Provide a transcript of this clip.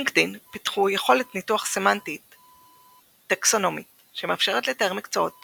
לינקדאין פיתחו יכולת ניתוח סמנטית-טקסונומית שמאפשרת לתאר מקצועות